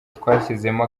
twashyizemo